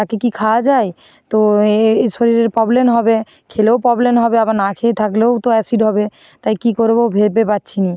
তাকে কি খাওয়া যায় তো এই শরীরের প্রবলেম হবে খেলেও প্রবলেম হবে আবার না খেয়ে থাকলেও তো অ্যাসিড হবে তাই কী করব ভেবে পাচ্ছি না